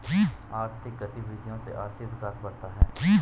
आर्थिक गतविधियों से आर्थिक विकास बढ़ता है